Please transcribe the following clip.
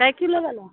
कय किलो बला